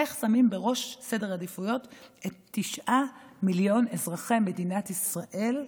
איך שמים בראש סדר העדיפויות את תשעה מיליון אזרחי מדינת ישראל,